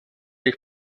jich